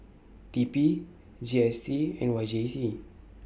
T P G S T and Y J C